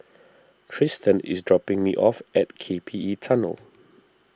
Tristen is dropping me off at K P E Tunnel